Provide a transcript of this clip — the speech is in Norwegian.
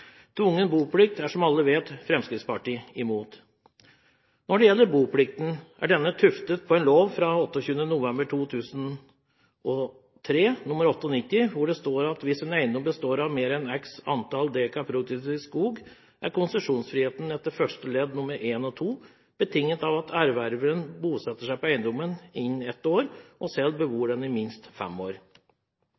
Tvungen boplikt er, som alle vet, Fremskrittspartiet imot. Når det gjelder boplikten, er den tuftet på lov av 28. november 2003 nr. 98 hvor det står at hvis eiendommen består av mer enn x antall dekar produktiv skog «er konsesjonsfriheten etter første ledd nr. 1 og 2 betinget av at erververen bosetter seg på eiendommen innen ett år og selv